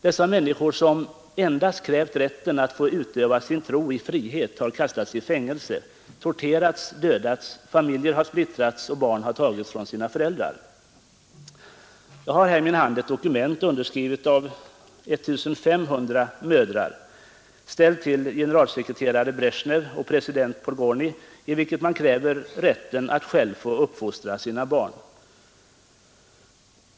Dessa människor, som endast krävt rätten att få utöva sin tro i frihet, har kastats i fängelse, torterats, dödats. Familjer har splittrats, och barn har tagits från sina föräldrar. Jag har här i min hand ett dokument underskrivet av I 500 mödrar, ställt till generalsekreteraren Brezjnev och president Podgornij, i vilket man kräver rätten att själv få uppfostra sina barn.